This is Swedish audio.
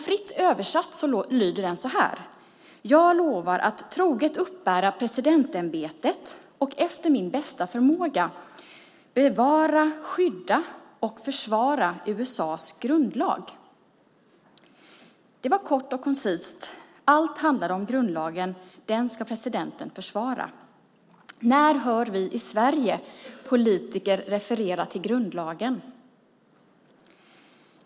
Fritt översatt lyder den så här: Jag lovar att troget uppbära presidentämbetet och efter min bästa förmåga bevara, skydda och försvara USA:s grundlag. Det var kort och koncist. Allt handlade om grundlagen. Den ska presidenten försvara. När hör vi i Sverige politiker referera till grundlagen?